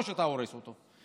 או שאתה הורס אותו.